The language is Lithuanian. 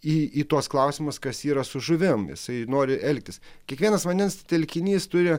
į tuos klausimus kas yra su žuvim jisai nori elgtis kiekvienas vandens telkinys turi